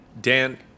Dan